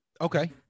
Okay